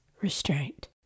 restraint